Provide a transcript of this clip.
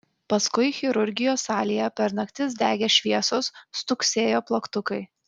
paskui chirurgijos salėje per naktis degė šviesos stuksėjo plaktukai